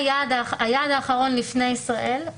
היעד האחרון לפני ישראל,